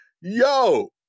Yo